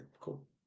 cool